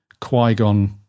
Qui-Gon